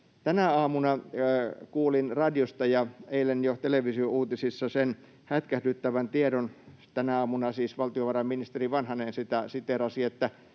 Tänä aamuna kuulin radiosta ja eilen jo televisiouutisista sen hätkähdyttävän tiedon — tänä aamuna siis valtiovarainministeri Vanhanen sitä siteerasi, ja